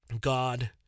God